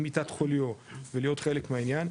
ממיטת חוליו ולהיות חלק מהעניין.